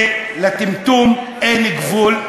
לטמטום אין גבול.